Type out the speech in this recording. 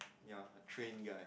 you are a train guy